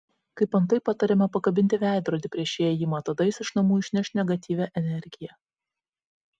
kaip antai patariama pakabinti veidrodį prieš įėjimą tada jis iš namų išneš negatyvią energiją